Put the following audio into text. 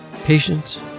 patience